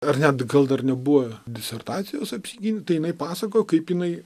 ar net gal dar nebuvo disertacijos apsigynus tai jinai pasakojo kaip jinai